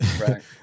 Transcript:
right